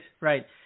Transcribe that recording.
right